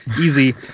easy